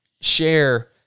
share